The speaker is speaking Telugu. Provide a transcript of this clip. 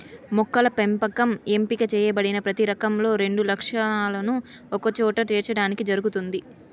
మొక్కల పెంపకం ఎంపిక చేయబడిన ప్రతి రకంలో రెండు లక్షణాలను ఒకచోట చేర్చడానికి జరుగుతుంది